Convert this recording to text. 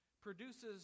produces